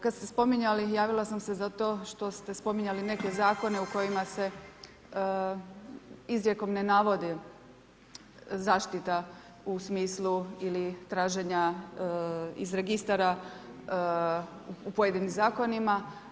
Kad ste spominjali, javila sam se zato što ste spominjali neke zakona u kojima se izrekom ne navodi zaštita u smislu ili traženja iz registara u pojedinim zakonima.